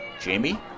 Jamie